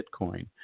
Bitcoin